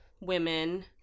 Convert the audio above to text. women